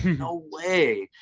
you know way.